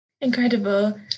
incredible